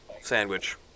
sandwich